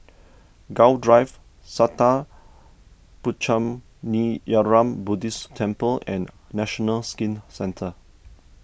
Gul Drive Sattha Puchaniyaram Buddhist Temple and National Skin Centre